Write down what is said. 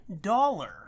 dollar